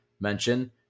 mention